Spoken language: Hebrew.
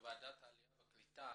כוועדת העלייה והקליטה